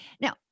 Now